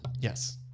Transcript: yes